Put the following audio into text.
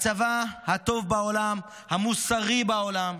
הצבא הטוב בעולם, המוסרי בעולם,